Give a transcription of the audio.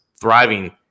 thriving